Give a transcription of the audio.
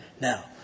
Now